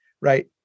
right